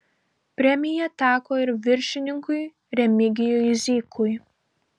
premija teko ir viršininkui remigijui zykui